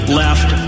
left